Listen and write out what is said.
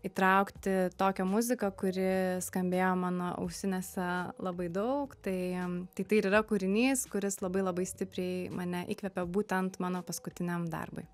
įtraukti tokią muziką kuri skambėjo mano ausinėse labai daug tai tai ir yra kūrinys kuris labai labai stipriai mane įkvepė būtent mano paskutiniam darbui